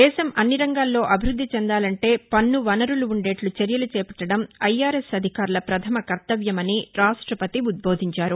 దేశం అన్ని రంగాల్లో అభివృద్ది చెందాలంటే పన్ను వనరులు ఉండేట్లు చర్యలు చేపట్లడం ఐ ఆర్ ఎస్ అధికారుల పధమ కర్తవ్యమని రాష్ట్రపతి ఉద్భోదించారు